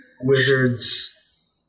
wizards